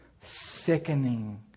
sickening